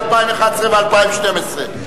ל-2011 ו-2012,